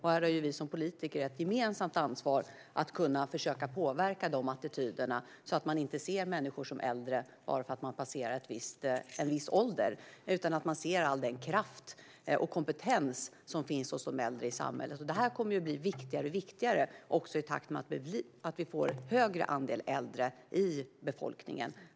Här har vi som politiker ett gemensamt ansvar att kunna försöka påverka de attityderna så att man inte ser människor som äldre bara för att de har passerat en viss ålder utan att man ser all den kraft och kompetens som finns hos de äldre i samhället. Det här kommer att bli allt viktigare också i takt med att vi får en högre andel äldre i befolkningen.